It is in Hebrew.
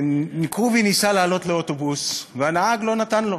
כרובי ניסה לעלות לאוטובוס והנהג לא נתן לו.